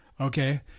Okay